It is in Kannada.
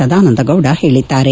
ಸದಾನಂದಗೌಡ ಹೇಳಿದ್ದಾರೆ